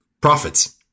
profits